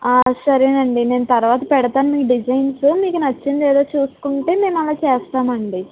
సరేనండి నేను తర్వాత పెడతాను మీకు డిజైన్సు మీకు నచ్చిందేదో చూసుకుంటే మేమలా చేస్తామండి